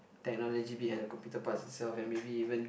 technology behind the computer parts itself and maybe even